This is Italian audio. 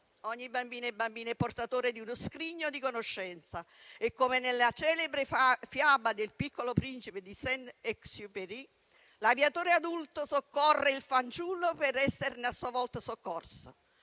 Ogni bambina e bambino è portatore di uno scrigno di conoscenza e come nella celebre fiaba de "Il Piccolo Principe" di Saint Exupéry, l'aviatore adulto soccorre il fanciullo per esserne a sua volta soccorso.